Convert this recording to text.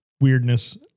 weirdness